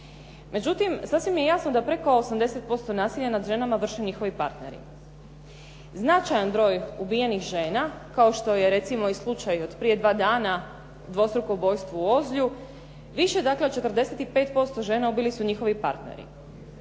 Međutim, sasvim je jasno da preko 80% nasilja nad ženama vrše njihovi partneri. Značajan broj ubijenih žena, kao što je recimo slučaj od prije dva dana dvostruko ubojstvo u Ozlju, više od 45% žena ubili su njihovi partneri.